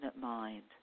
mind